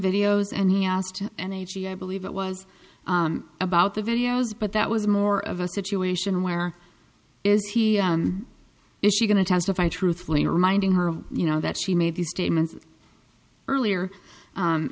videos and he asked and i believe it was about the videos but that was more of a situation where is he is she going to testify truthfully reminding her you know that she made these statements earlier